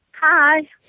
Hi